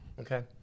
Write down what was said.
okay